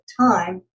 time